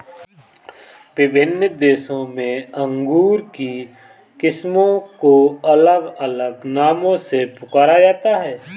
विभिन्न देशों में अंगूर की किस्मों को अलग अलग नामों से पुकारा जाता है